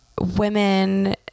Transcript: women